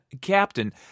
captain